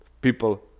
people